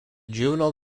juvenile